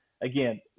again